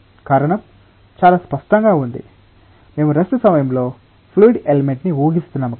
కారణం చాలా స్పష్టంగా ఉంది మేము రెస్ట్ సమయంలో ఫ్లూయిడ్ ఎలిమెంట్ ని ఊహిస్తున్నాము